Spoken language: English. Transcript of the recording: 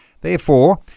Therefore